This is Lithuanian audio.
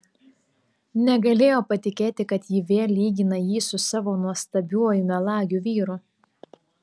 negalėjo patikėti kad ji vėl lygina jį su savo nuostabiuoju melagiu vyru